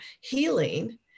healing